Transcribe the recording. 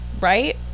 right